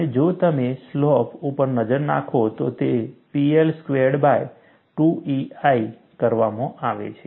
અને જો તમે સ્લોપ ઉપર નજર નાખો તો તે PL સ્ક્વેર્ડ બાય 2EI કરવામાં આવે છે